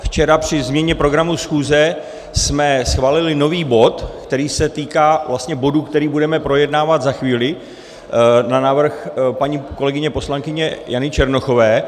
Včera při změně programu schůze jsme schválili nový bod, který se týká vlastně bodu, který budeme projednávat za chvíli na návrh paní kolegyně poslankyně Jany Černochové.